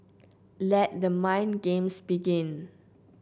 let the mind games begin